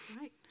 right